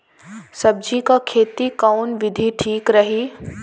सब्जी क खेती कऊन विधि ठीक रही?